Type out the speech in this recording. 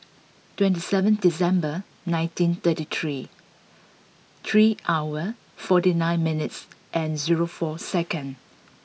twenty seven December nineteen thirty three three hour forty nine minutes and zero four second